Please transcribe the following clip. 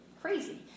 crazy